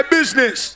Business